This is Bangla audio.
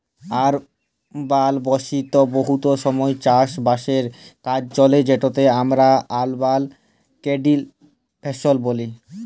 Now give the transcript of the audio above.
আরবাল বসতিতে বহুত সময় চাষ বাসের কাজ চলে যেটকে আমরা আরবাল কাল্টিভেশল ব্যলি